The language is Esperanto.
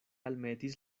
almetis